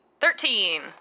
Thirteen